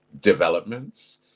developments